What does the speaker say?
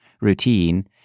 routine